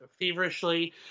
feverishly